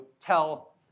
tell